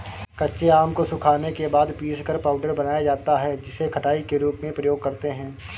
कच्चे आम को सुखाने के बाद पीसकर पाउडर बनाया जाता है जिसे खटाई के रूप में प्रयोग करते है